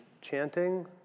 chanting